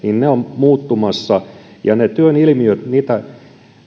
ovat muuttumassa ja niitä työn